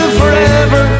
forever